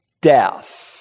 death